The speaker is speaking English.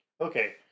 Okay